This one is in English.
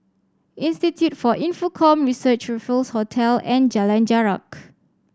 Institute for Infocomm Research Raffles Hotel and Jalan Jarak